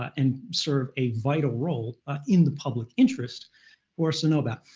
but and serve a vital role ah in the public interest for us to know about.